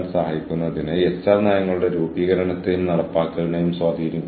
കൂടാതെ വിശാലമായ കഴിവുകളുടെ വികസനത്തിലാണ് ശ്രദ്ധ കേന്ദ്രീകരിക്കുന്നത്